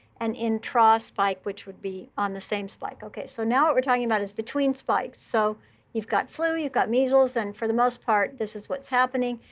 and intra-spike, which would be on the same spike. ok. so now, what we're talking about is between spikes. so you've got flu, you've got measles, and for the most part this is what's happening.